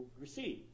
receive